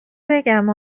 بگم